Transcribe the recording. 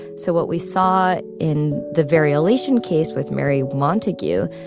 so what we saw in the variolation case with mary montagu,